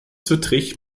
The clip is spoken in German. zwittrig